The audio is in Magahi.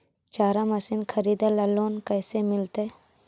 चारा मशिन खरीदे ल लोन कैसे मिलतै?